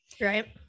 Right